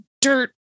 dirt